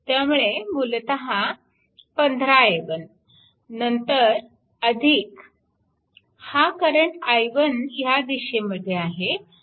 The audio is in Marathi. त्यामुळे मूलतः 15i1 नंतर हा करंट i1 ह्या दिशेमध्ये आहे